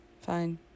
Fine